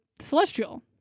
celestial